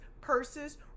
purses